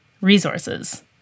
resources